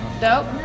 dope